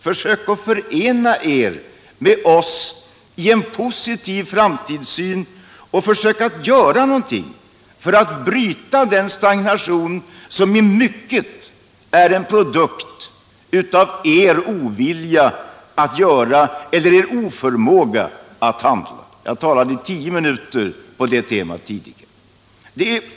Försök att förena er med oss i en positiv framtidssyn och försök att göra någonting för att bryta den stagnation som i mycket är en produkt av er ovilja eller er oförmåga att handla. Jag talade i tio minuter på det temat tidigare.